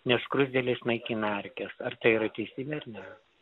nes skruzdėlės naikina erkes ar tai yra teisybė ar ne